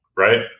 Right